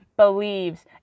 believes